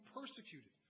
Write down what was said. persecuted